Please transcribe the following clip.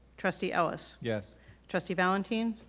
trustee ellis. yes trustee valentin.